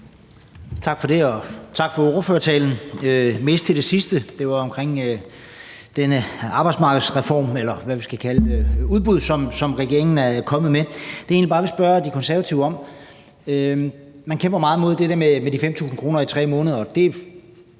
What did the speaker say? Tak for det, og tak for ordførertalen. Det er mest til det sidste om denne arbejdsmarkedsreform, eller hvad vi skal kalde den, som regeringen er kommet med. Det, jeg egentlig bare vil spørge De Konservatives ordfører om, er om det med, at man kæmper meget imod det med de 5.000 kr. i 3 måneder.